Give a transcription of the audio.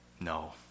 No